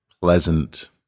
pleasant